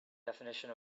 definition